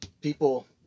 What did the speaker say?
people